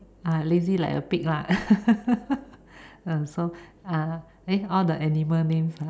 ah lazy like a pig lah so uh eh all the animal names lah